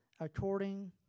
according